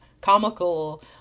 comical